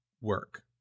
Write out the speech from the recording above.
work